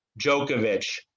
Djokovic